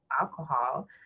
alcohol